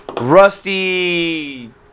Rusty